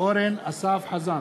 אורן אסף חזן,